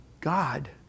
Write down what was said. God